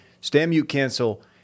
stand-mute-cancel